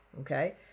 okay